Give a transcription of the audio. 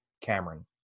Cameron